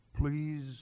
Please